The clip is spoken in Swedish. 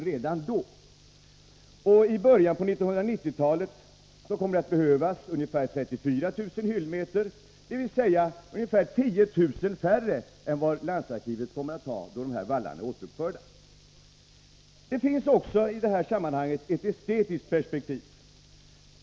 I början av 1990-talet kommer det att behövas ungefär 34 000 hyllmeter, dvs. ungefär 10 000 färre än vad landsarkivet kommer att ha då vallarna är återuppförda. I det här sammanhanget finns också ett estetiskt perspektiv.